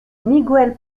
miguel